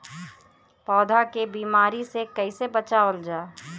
पौधा के बीमारी से कइसे बचावल जा?